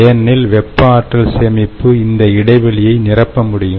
ஏனெனில் வெப்ப ஆற்றல் சேமிப்பு இந்த இடைவெளியை நிரப்ப முடியும்